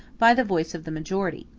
by the voice of the majority.